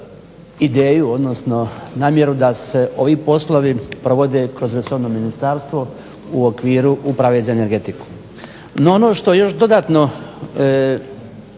ideju, odnosno namjeru da se ovi poslovi provode kroz resorno ministarstvo u okviru Uprave za energetiku. No ono što još dodatno